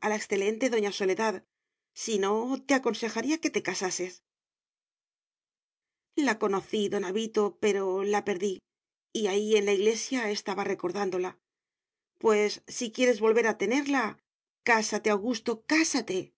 a la excelente doña soledad si no te aconsejaría que te casases la conocí don avito pero la perdí y ahí en la iglesia estaba recordándola pues si quieres volver a tenerla cásate augusto cásate